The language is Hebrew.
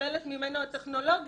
נשללת ממנו הטכנולוגיה,